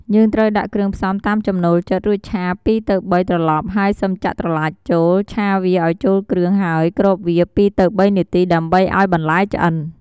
យើងត្រូវដាក់គ្រឿងផ្សំតាមចំនូលចិត្ត រួចឆា ២ ទៅ ៣ ត្រលប់ហើយសឹមចាក់ត្រឡាចចូល ឆាវាឱ្យចូលគ្រឿងហើយគ្របវា ២ទៅ៣ នាទីដើម្បីឱ្យបន្លែឆ្អិន។